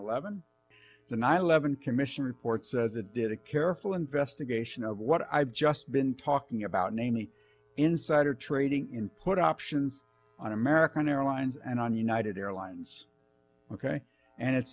eleven the nine eleven commission report says it did a careful investigation of what i've just been talking about namely insider trading in put options on american airlines and on united airlines ok and it